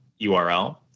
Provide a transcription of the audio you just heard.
URL